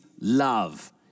love